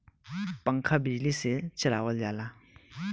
पंखा बिजली से चलावल जाला